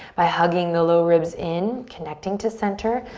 by hugging the low ribs in, connecting to center.